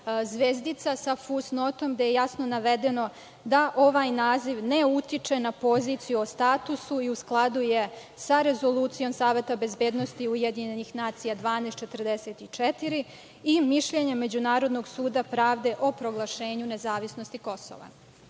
zvezdica sa fusnotom gde je jasno navedeno da ovaj naziv ne utiče na poziciju o statusu i skladu je sa Rezolucijom Saveta bezbednosti UN 1244 i mišljenje Međunarodnog suda pravde o proglašenju nezavisnosti Kosova. Dakle,